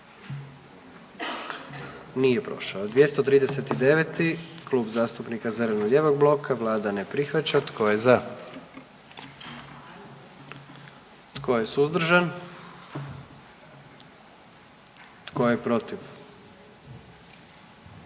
dio zakona. 44. Kluba zastupnika SDP-a, vlada ne prihvaća. Tko je za? Tko je suzdržan? Tko je protiv?